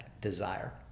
desire